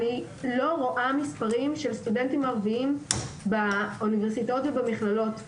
אני לא רואה מספרים של סטודנטים ערביים באוניברסיטאות ובמכללות.